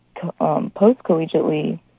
post-collegiately